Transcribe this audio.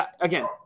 Again